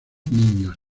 niños